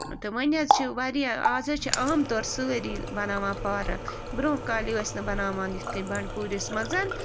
تہٕ وَنہِ حظ چھِ وارِیاہ آز حظ چھِ عام طور سٲری بَناوان پارک برٛونٛہہ کالہِ ٲسۍ نہٕ بَناوان یِتھ کٔنۍ بنڈپوٗرِس منٛز